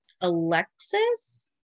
Alexis